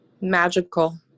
magical